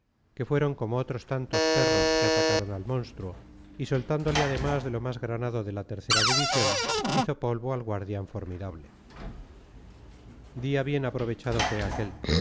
que fueron como otros tantos perros que atacaron al monstruo y soltándole además de lo más granado de la tercera división hizo polvo al guardián formidable día bien aprovechado fue aquel